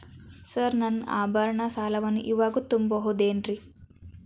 Sir ನನ್ನ ಆಭರಣ ಸಾಲವನ್ನು ಇವಾಗು ತುಂಬ ಬಹುದೇನ್ರಿ?